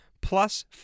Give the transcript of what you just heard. Plus